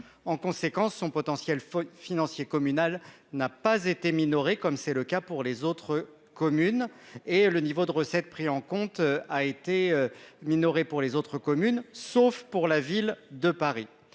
en conséquence son potentiel financier communal n'a pas été minoré, comme c'est le cas pour les autres communes et le niveau de recettes pris en compte, a été minoré pour les autres communes, sauf pour la ville de Paris,